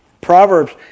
Proverbs